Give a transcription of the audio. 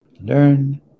Learn